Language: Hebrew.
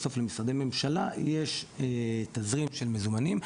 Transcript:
בסוף למשרדי ממשלה יש תזרים של מזומנים,